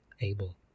able